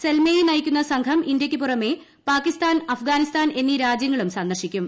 സെൽമേയ് നയിക്കുന്ന സംഘം ഇന്തൃക്ക് പുറമേ പാകിസ്ഥാൻ അഫിഗാനിസ്ഥാൻ എന്നീ രാജൃങ്ങളും സന്ദർശിക്കും